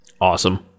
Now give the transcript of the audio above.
Awesome